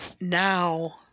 Now